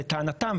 לטענתם,